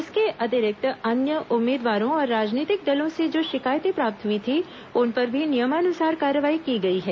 इसके अतिरिक्त अन्य उम्मीदवारों और राजनीतिक दलों से जो शिकायते प्राप्त हुई थी उन पर भी नियमानुसार कार्यवाही की गई है